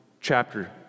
chapter